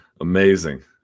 Amazing